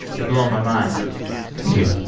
you're blowing my mind thank you.